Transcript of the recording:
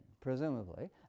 presumably